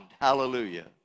Hallelujah